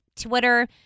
Twitter